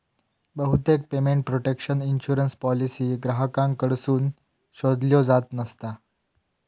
बहुतेक payment protection insurance policy ग्राहकांकडसून शोधल्यो जात नसता